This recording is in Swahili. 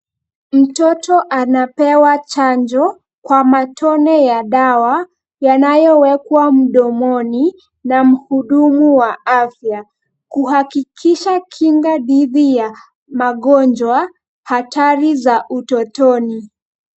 Mtoto anapewa chanjo kwa matone ya dawa yanayowekwa mdomoni na mhudumu wa afya kuhakikisha kinga dhidi ya magonjwa hatari za utotoni.